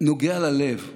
נוגע ללב: